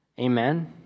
Amen